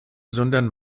sondern